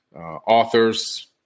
authors